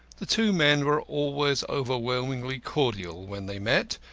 the two men were always overwhelmingly cordial when they met,